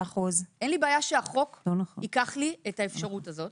אין לי בעיה שהחוק ייקח לי את האפשרות הזאת